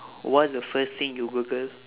what is the first thing you google